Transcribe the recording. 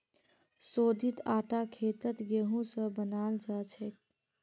शोधित आटा खेतत गेहूं स बनाल जाछेक